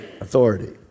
Authority